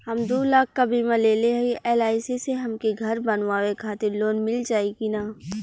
हम दूलाख क बीमा लेले हई एल.आई.सी से हमके घर बनवावे खातिर लोन मिल जाई कि ना?